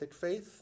faith